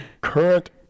current